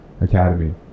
Academy